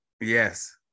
Yes